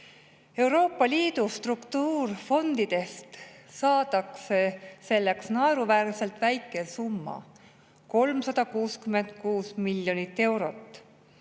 Euroopa Liidu struktuurifondidest saadakse selleks naeruväärselt väike summa: 366 miljonit eurot